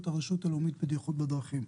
עם הרשות הלאומית לבטיחות בדרכים.